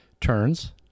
turns